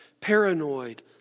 paranoid